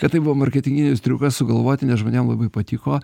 kad tai buvo marketinginis triukas sugalvoti nes žmonėm labai patiko